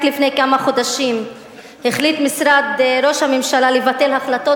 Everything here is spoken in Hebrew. רק לפני כמה חודשים החליט משרד ראש הממשלה לבטל החלטות